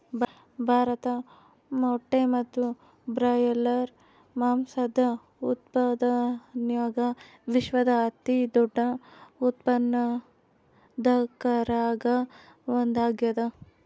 ಭಾರತ ಮೊಟ್ಟೆ ಮತ್ತು ಬ್ರಾಯ್ಲರ್ ಮಾಂಸದ ಉತ್ಪಾದನ್ಯಾಗ ವಿಶ್ವದ ಅತಿದೊಡ್ಡ ಉತ್ಪಾದಕರಾಗ ಒಂದಾಗ್ಯಾದ